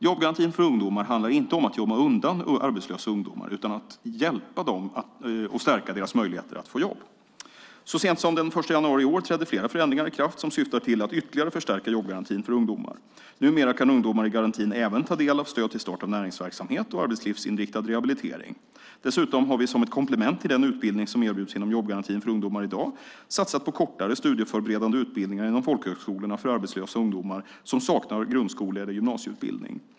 Jobbgarantin för ungdomar handlar inte om att gömma undan arbetslösa ungdomar utan om att hjälpa dem och stärka deras möjligheter att få jobb. Så sent som den 1 januari i år trädde flera förändringar i kraft som syftar till att ytterligare förstärka jobbgarantin för ungdomar. Numera kan ungdomar i garantin även ta del av stöd till start av näringsverksamhet och arbetslivsinriktad rehabilitering. Dessutom har vi som ett komplement till den utbildning som erbjuds inom jobbgarantin för ungdomar i dag satsat på kortare, studieförberedande utbildningar inom folkhögskolorna för arbetslösa ungdomar som saknar grundskole eller gymnasieutbildning.